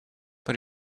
but